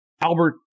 Albert